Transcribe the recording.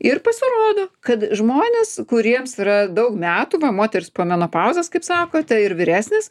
ir pasirodo kad žmonės kuriems yra daug metų va moteris po menopauzės kaip sakote ir vyresnis